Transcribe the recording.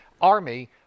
Army